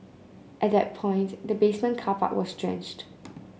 at that point the basement car park was drenched